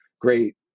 great